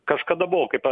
kažkada buvo kaip